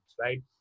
right